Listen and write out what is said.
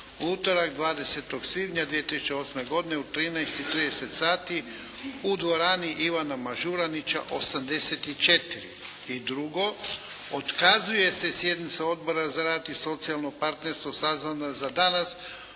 u utorak 20. svibnja 2008. godine u 13,30 sati u dvorani Ivana Mažuranića 84. I drugo, otkazuje se sjednica Odbora za rad i socijalno partnerstvo sazvana za danas,